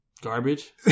garbage